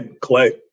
clay